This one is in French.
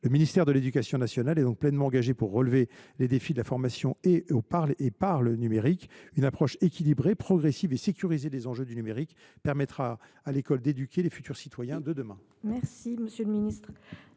Le ministère de l’éducation nationale est donc pleinement engagé pour relever les défis de la formation au et par le numérique. Une approche équilibrée, progressive et sécurisée des enjeux du numérique permettra à l’école d’éduquer les futurs citoyens de demain. La parole est